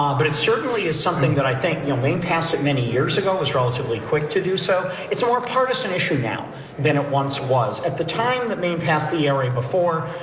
um but it certainly is something that i think you know maine passed many years ago was relatively quick to do so. it's more partisan issue now than it once was, at the time that maine passed the era before.